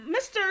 Mr